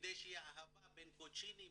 כדי שתהיה אהבה בין קוצ'ינים